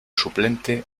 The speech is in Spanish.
suplente